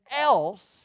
else